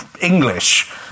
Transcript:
English